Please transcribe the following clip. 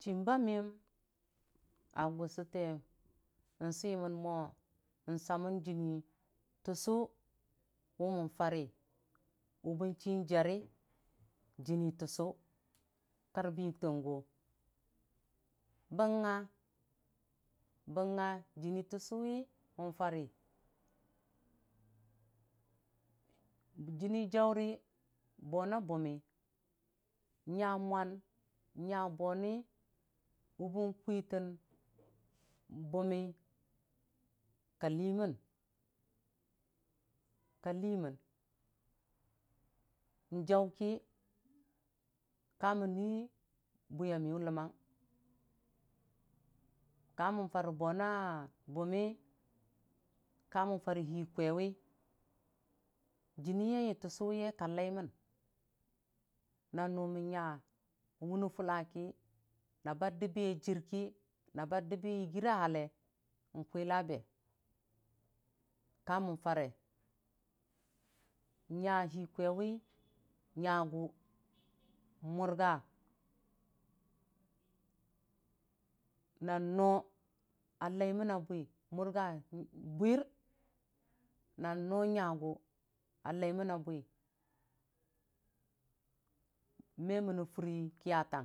Chim ba miyəm a gʊsəte nsimən mo n'samən jənni təgʊ wʊ mən farə wʊ bənji jarə jini təsʊ karbən ying tən gʊ bən nga bən nga jəni tigu nfarə jinjaurə mo bʊnmii nya mwan nya bwoni wʊbən kwitən bummii kalii mən kalimən n'jauki ka mən nyi bwiya miyʊ ləmang ka mən farə bwona bʊmmi ka mən farə hi kwaiwi jiniyaiya tɨsu ye kalaimən na nʊ mən nya wʊni fʊlaki na dəmbiye ajir ki na ba dəm yə gira hale, nkwilabe ka mən fare n'nya hi kwaiwi nyagʊ murga nan no a laimənna bwi murga bwir nan no nyagʊ a laimənna bwi me mənni fur wai ko.